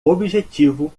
objetivo